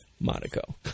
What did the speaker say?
Monaco